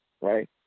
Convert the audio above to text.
right